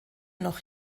noch